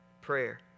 prayer